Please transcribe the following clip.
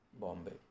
Bombay